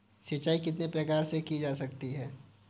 सिंचाई कितने प्रकार से की जा सकती है?